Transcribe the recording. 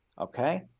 okay